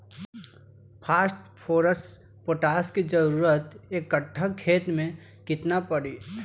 Phosphorus potash के जरूरत एक कट्ठा खेत मे केतना पड़ी?